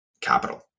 capital